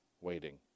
waiting